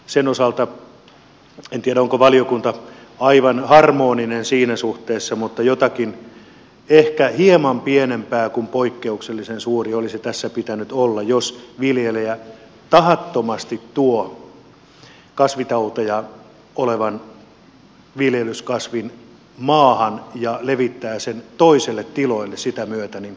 sen osalta en tiedä onko valiokunta aivan harmoninen siinä suhteessa mutta jotakin ehkä hieman pienempää kuin poikkeuksellisen suuri olisi tässä pitänyt olla jos viljelijä tahattomasti tuo kasvitauteja sisältävän viljelyskasvin maahan ja levittää sen toisille tiloille sitä myöten